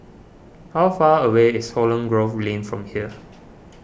how far away is Holland Grove Lane from here